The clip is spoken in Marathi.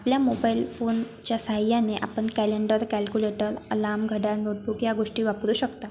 आपल्या मोबाईल फोनच्या साहाय्याने आपण कॅलेंडर कॅल्कुलेटर अलाम घड्याळ नोटबुक या गोष्टी वापरू शकता